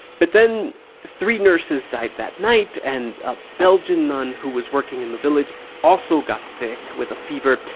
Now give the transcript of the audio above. but then three nurses died that night, and a belgian nun who was working in the village also got sick with a fever.